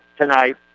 tonight